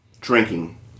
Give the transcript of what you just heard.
Drinking